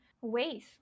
ways